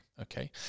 Okay